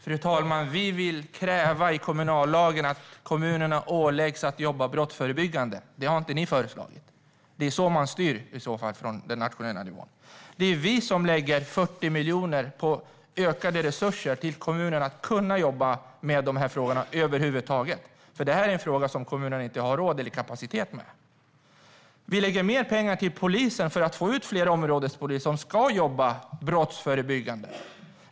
Fru talman! Vi vill att kommunerna i kommunallagen åläggs att jobba brottsförebyggande. Vi föreslår ett sådant krav. Det har inte ni föreslagit. Men det är så man styr från den nationella nivån. Det är vi som lägger 40 miljoner på ökade resurser till kommunerna för att de över huvud taget ska kunna jobba med de här frågorna. Det här är något som kommunerna inte har råd med eller kapacitet till. Vi lägger mer pengar till polisen för att få ut fler områdespoliser som ska jobba brottsförebyggande.